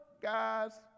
guy's